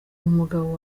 umugabo